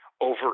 over